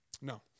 No